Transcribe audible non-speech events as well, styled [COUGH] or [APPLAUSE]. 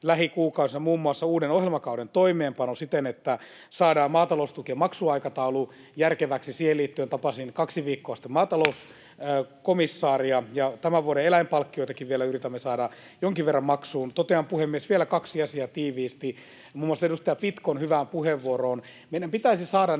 muun muassa uuden ohjelmakauden toimeenpano siten, että saadaan maataloustukien maksuaikataulu järkeväksi. Siihen liittyen tapasin kaksi viikkoa sitten maatalouskomissaaria. [NOISE] Ja tämän vuoden eläinpalkkioitakin yritämme vielä saada jonkin verran maksuun. Totean, puhemies, vielä kaksi asiaa tiiviisti. Muun muassa edustaja Pitkon hyvään puheenvuoroon liittyen: meidän pitäisi saada